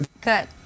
Good